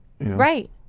Right